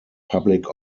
public